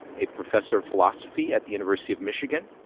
a professor of philosophy at the university of michigan.